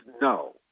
no